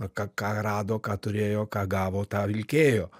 ką ką rado ką turėjo ką gavo tą vilkėjo